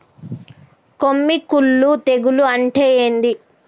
కొమ్మి కుల్లు తెగులు అంటే ఏంది?